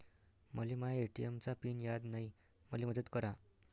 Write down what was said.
मले माया ए.टी.एम चा पिन याद नायी, मले मदत करा